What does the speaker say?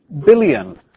billion